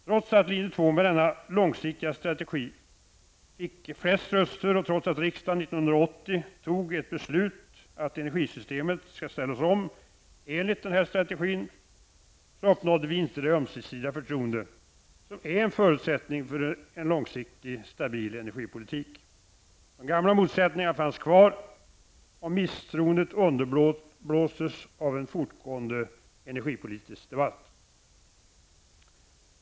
Trots att linje 2 med denna långsiktiga strategi fick flest röster, och trots att riksdagen 1980 fattade ett beslut att energisystemet skall ställas om enligt denna strategi, uppnådde vi inte det ömsesidiga förtroende som är en förutsättning för en långsiktig stabil energipolitik. De gamla motsättningarna fanns kvar, och misstroendet underblåstes av en fortgående energipolitisk debatt.